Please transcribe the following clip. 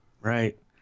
Right